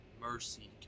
mercy